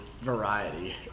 variety